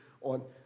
on